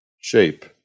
shape